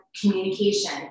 communication